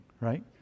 right